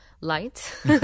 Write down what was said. light